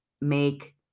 make